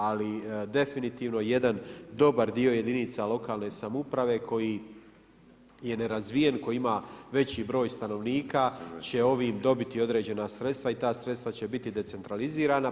Ali, definitivno jedan dobar dio jedinica lokalne samouprave koji je nerazvijen, koji ima veći broj stanovnika, će ovim dobiti određena sredstva i ta sredstva će biti decentralizirana.